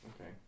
Okay